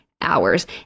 hours